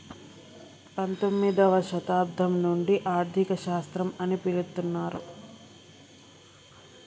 పంతొమ్మిదవ శతాబ్దం నుండి ఆర్థిక శాస్త్రం అని పిలుత్తున్నరు